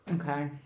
Okay